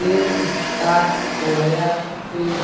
ତିନି ସାତ ଦୁଇ ହଜାର ତିନି